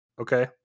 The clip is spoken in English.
Okay